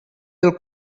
del